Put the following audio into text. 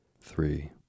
three